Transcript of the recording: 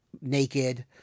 naked